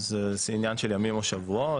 זה עניין של ימים או שבועות,